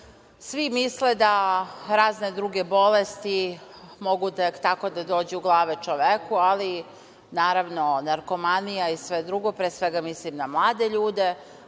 misle da razne druge bolesti mogu tek tako da dođu glave čoveku, naravno narkomanija i sve drugo, pre svega mislim na mlade ljude,